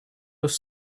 was